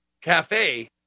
Cafe